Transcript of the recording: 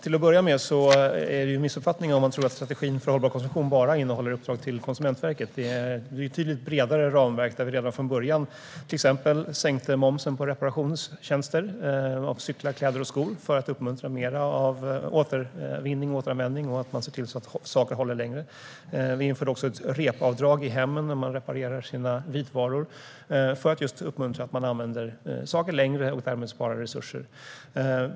Till att börja med är det en missuppfattning om man tror att strategin för hållbar konsumtion bara innehåller uppdrag till Konsumentverket. Det är betydligt bredare ramverk där vi redan från början till exempel sänkte momsen på reparationstjänster för cyklar, kläder och skor för att uppmuntra mer av återvinning och återanvändning och att man ser till att saker håller längre. Vi införde också ett REP-avdrag i hemmen när man reparerar sina vitvaror för att just uppmuntra att man använder saker längre och därmed sparar resurser.